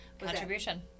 Contribution